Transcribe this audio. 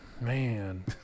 man